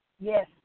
Yes